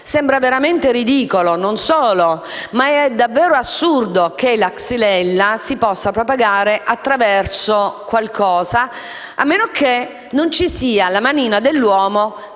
ciò è veramente ridicolo, ma è davvero assurdo che la *xylella* si possa propagare attraverso qualcosa, a meno che non ci sia la manina dell'uomo che ne conduce